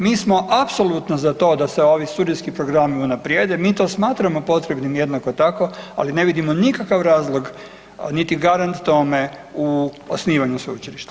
Mi smo apsolutno za to da se ovi studijski programi unaprijede, mi to smatramo potrebnim, jednako tako, ali ne vidimo nikakav razlog nit garant tome u osnivanju sveučilišta.